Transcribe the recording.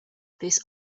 this